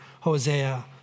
Hosea